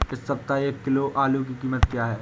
इस सप्ताह एक किलो आलू की कीमत क्या है?